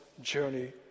journey